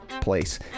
place